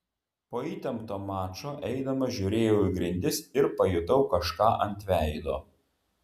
po įtempto mačo eidamas žiūrėjau į grindis ir pajutau kažką ant veido